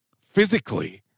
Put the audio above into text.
physically